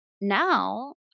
now